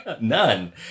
None